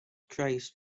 christ